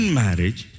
marriage